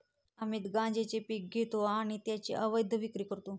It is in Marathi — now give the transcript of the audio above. अमित गांजेचे पीक घेतो आणि त्याची अवैध विक्री करतो